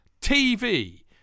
TV